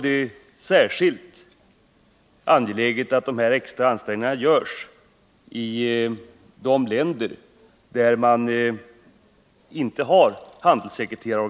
Inte minst angeläget är det att extra ansträngningar görs i de länder där man inte har handelssekreterare.